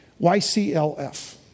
YCLF